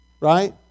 Right